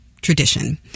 tradition